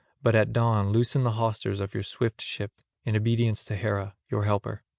but at dawn loosen the hawsers of your swift ship, in obedience to hera, your helper.